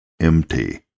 empty